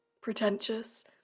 pretentious